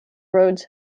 rhodes